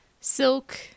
silk